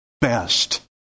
best